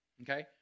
Okay